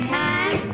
time